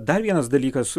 dar vienas dalykas